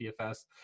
dfs